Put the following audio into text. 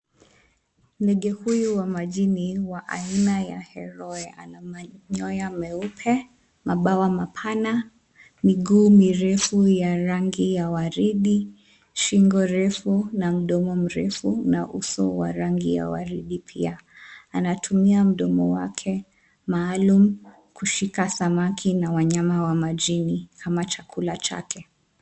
Ndege huyu wa majini wa aina ya heroe, ana manyoya meupe, mabawa mapana, miguu mirefu ya rangi ya waridi, shingo refu na mdomo mrefu na uso wa rangi ya waridi pia. Anatumia mdomo wake maalum, kushika samaki na wanyama wa majini kama chakula chake.